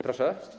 Proszę?